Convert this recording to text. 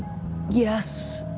yes.